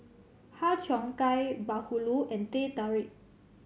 Har Cheong Gai bahulu and Teh Tarik